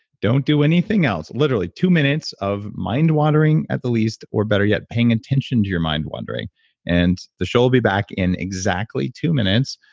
don't do anything else. literally two minutes of mindwandering at the least or better yet, paying attention to your mind-wandering and the show will be back in exactly two minutes,